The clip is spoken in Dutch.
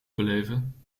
beleven